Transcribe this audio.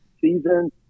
season